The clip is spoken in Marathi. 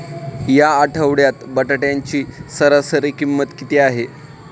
या आठवड्यात बटाट्याची सरासरी किंमत किती आहे?